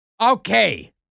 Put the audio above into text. Okay